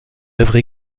œuvres